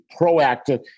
proactive